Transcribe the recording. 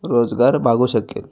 रोजगार भागू शकेल